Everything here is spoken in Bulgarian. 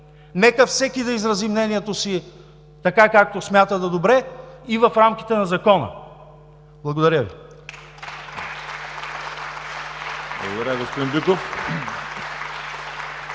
Нека всеки да изрази мнението си така, както смята за добре, и в рамките на закона. Благодаря Ви.